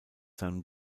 seinem